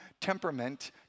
Temperament